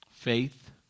Faith